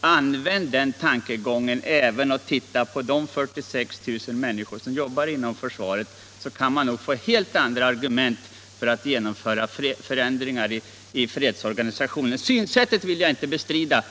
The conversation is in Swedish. Använd den tankegången även när det gäller de 46 000 människor som arbetar inom försvaret! I så fall får man troligen helt andra argument för att genomföra förändringar i fredsorganisationen. Det värdefulla i detta synsätt vill jag inte bestrida.